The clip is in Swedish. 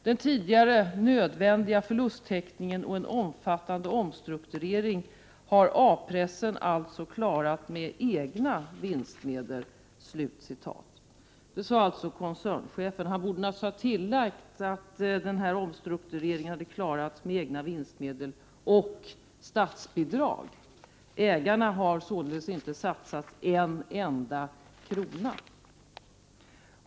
Den tidigare nödvändiga förlusttäckningen och en omfattande omstrukturering har A-pressen alltså klarat med egna vinstmedel.” Detta sade koncernchefen. Han borde naturligtvis ha tillagt att denna omstrukturering klarats med egna vinstmedel och statsbidrag. Ägarna har således inte satsat en enda krona.